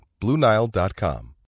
BlueNile.com